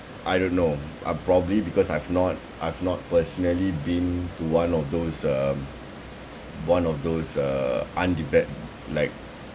I don't know uh probably because I've not I've not personally been one of those um one of those uh undeve~ like